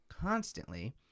constantly